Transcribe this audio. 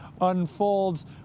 unfolds